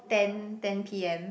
ten ten P_M